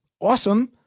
awesome